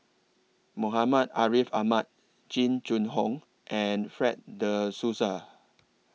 Muhammad Ariff Ahmad Jing Jun Hong and Fred De Souza